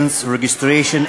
מה שהוא עושה,